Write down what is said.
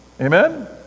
Amen